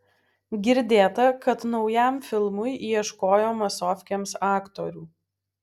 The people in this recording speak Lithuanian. girdėta kad naujam filmui ieškojo masofkėms aktorių